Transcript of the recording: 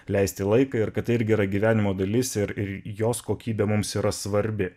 leisti laiką ir kad tai irgi yra gyvenimo dalis ir ir jos kokybė mums yra svarbi